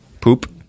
poop